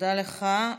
תודה לך.